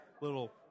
little